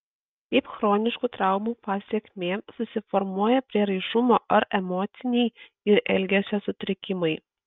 kaip chroniškų traumų pasekmė susiformuoja prieraišumo ar emociniai ir elgesio sutrikimai